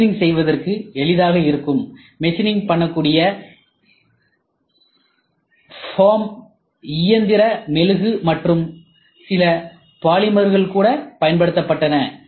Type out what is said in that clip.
machining செய்வதற்கு எளிதாக இருக்கும் மெஷினிங் பண்ணக்கூடிய ஃபோம் இயந்திர மெழுகு மற்றும் சில பாலிமர்கள் கூட பயன்படுத்தப்பட்டன